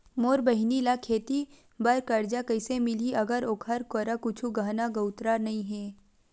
मोर बहिनी ला खेती बार कर्जा कइसे मिलहि, अगर ओकर करा कुछु गहना गउतरा नइ हे?